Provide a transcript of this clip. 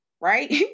right